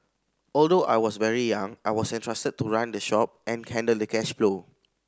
although I was very young I was entrusted to run the shop and handle the cash flow